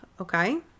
Okay